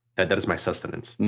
that that is my sustenance.